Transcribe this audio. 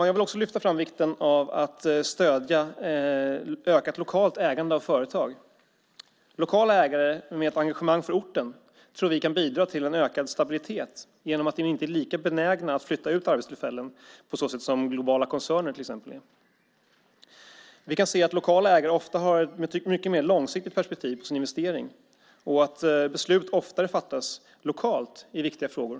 Jag vill också lyfta fram vikten av att stödja ökat lokalt ägande av företag. Lokala ägare med ett engagemang för orten tror vi kan bidra till en ökad stabilitet genom att de inte är lika benägna att flytta ut arbetstillfällen, på så sätt som globala koncerner till exempel är. Vi kan se att lokala ägare ofta har ett mycket mer långsiktigt perspektiv på sin investering och att beslut oftare fattas lokalt i viktiga frågor.